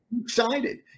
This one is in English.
excited